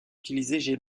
utiliser